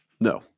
No